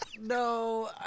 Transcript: No